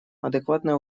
адекватное